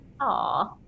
Aw